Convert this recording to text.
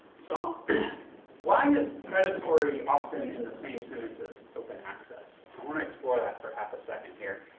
so why is predatory often in the same standards as open access? i want to explore that for half-a-second here.